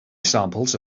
samples